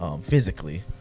physically